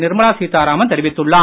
நிர்மலா சீத்தாராமன் தெரிவித்துள்ளார்